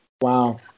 Wow